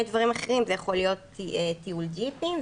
דברים אחרים: זה יכול להיות טיול ג'יפים,